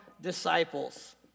disciples